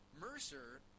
Mercer